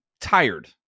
tired